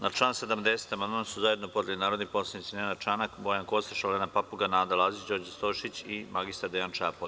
Na član 70. amandman su zajedno podneli narodni poslanici Nenad Čanak, Bojan Kostreš, Olena Papuga, Nada Lazić, Đorđe Stojšić i mr Dejan Čapo.